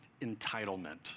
Entitlement